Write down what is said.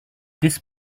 this